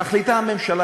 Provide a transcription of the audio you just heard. מחליטה הממשלה,